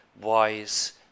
wise